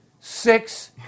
six